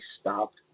stopped